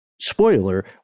spoiler